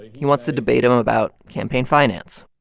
he wants to debate him about campaign finance.